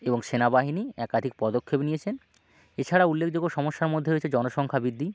এবং সেনাবাহিনী একাধিক পদক্ষেপ নিয়েছেন এছাড়াও উল্লেখযোগ্য সমস্যার মধ্যে রয়েছে জনসংখ্যা বৃদ্ধি